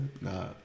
Nah